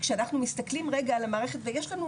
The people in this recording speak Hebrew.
כשאנחנו מסתכלים רגע על המערכת,